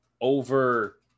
over